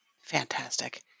Fantastic